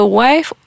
wife